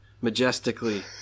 majestically